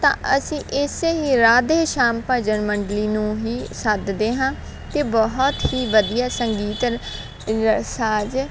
ਤਾਂ ਅਸੀਂ ਇਸ ਹੀ ਰਾਧੇ ਸ਼ਾਮ ਭਜਨ ਮੰਡਲੀ ਨੂੰ ਹੀ ਸੱਦ ਦੇ ਹਾਂ ਅਤੇ ਬਹੁਤ ਹੀ ਵਧੀਆ ਸੰਗੀਤ ਔਰ ਰ ਸਾਜ਼